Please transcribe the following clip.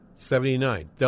Seventy-nine